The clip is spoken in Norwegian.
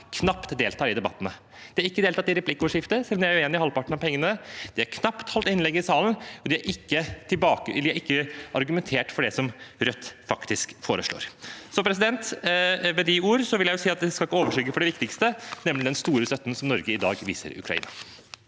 knapt deltar i debattene. De har ikke deltatt i replikkordskiftene, selv om de er uenig i bruken av halvparten av pengene, de har knapt holdt innlegg i salen, og de har ikke argumentert for det som Rødt faktisk foreslår. Men disse ordene skal ikke overskygge det viktigste, nemlig den store støtten som Norge i dag viser Ukraina.